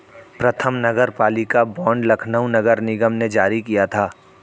प्रथम नगरपालिका बॉन्ड लखनऊ नगर निगम ने जारी किया था